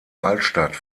altstadt